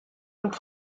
und